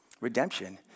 Redemption